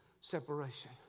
separation